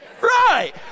Right